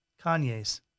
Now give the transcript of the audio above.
Kanye's